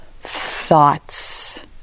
thoughts